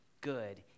good